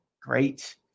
great